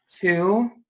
Two